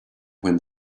when